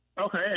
Okay